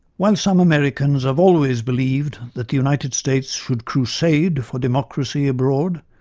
while some americans have always believed that the united states should crusade for democracy abroad,